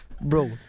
bro